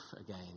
again